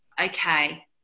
okay